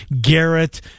Garrett